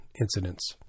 incidents